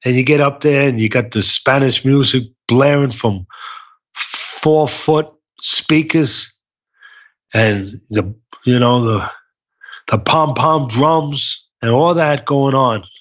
and you get up there, and you got the spanish music blaring from four foot speakers and the you know the pompom drums and all that going on.